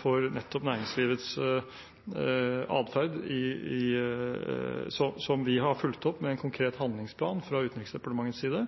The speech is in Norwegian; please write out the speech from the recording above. for nettopp næringslivets atferd, som vi har fulgt opp med en konkret handlingsplan fra Utenriksdepartementets side.